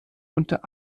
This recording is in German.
unter